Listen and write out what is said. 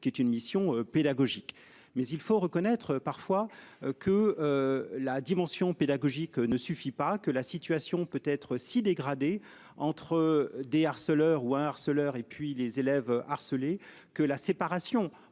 qui est une mission pédagogique mais il faut reconnaître parfois que. La dimension pédagogique ne suffit pas que la situation peut être si dégradé entre des harceleurs ou un harceleur et puis les élèves harcelés que la séparation